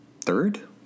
third